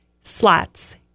slots